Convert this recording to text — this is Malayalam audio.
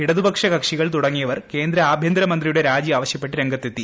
ഇടതുപക്ഷ കക്ഷികൾ തുടങ്ങിയവർ കേന്ദ്ര ആഭ്യന്തരമന്ത്രിയുടെ രാജി ആവശ്യപ്പെട്ട് രംഗത്തെത്തി